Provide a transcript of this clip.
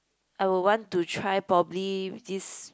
I would want to try probably this